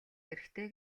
хэрэгтэй